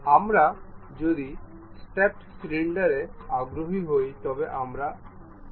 আমরা যদি স্টেপড সিলিন্ডারে আগ্রহী হই তবে আমাদের কী করতে হবে